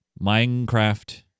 Minecraft